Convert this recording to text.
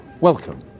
Welcome